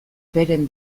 beren